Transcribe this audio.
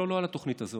לא, לא על התוכנית הזאת.